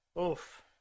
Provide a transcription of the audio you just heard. oof